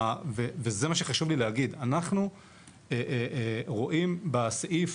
וזה מה שחשוב לי להגיד אנחנו רואים בסעיף